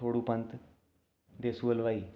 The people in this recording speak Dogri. थोह्ड़ू पंत देसू हलवाई